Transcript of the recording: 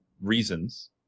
reasons